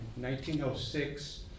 1906